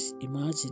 imagine